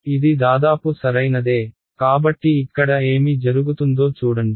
ఇది దాదాపు సరైనదే కాబట్టి ఇక్కడ ఏమి జరుగుతుందో చూడండి